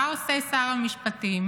מה עושה שר המשפטים?